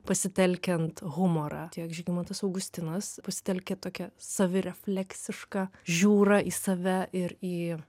pasitelkiant humorą tiek žygimantas augustinas pasitelkia tokią savirefleksišką žiūrą į save ir į